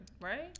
right